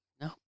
No